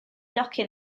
docyn